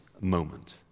moment